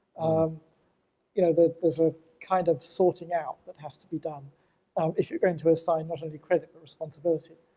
um you know, there's a kind of sorting out that has to be done um if you're going to assign not only credit but responsibility.